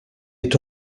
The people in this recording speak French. est